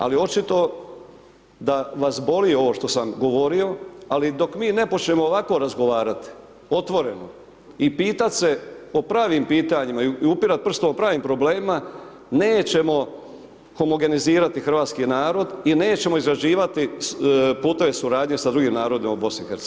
Ali očito da vas boli ovo što sam govorio, ali dok mi ne počnemo ovako razgovarati, otvoreno, i pitat se o pravim pitanjima i upirat prstom o pravim problemima, nećemo homogenizirati hrvatski narod i nećemo izrađivati puteve suradnje sa drugim narodima u Bosni i Hercegovini.